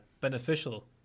beneficial